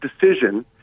decision